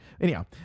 Anyhow